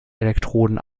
elektroden